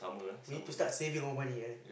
we need to start saving our money ah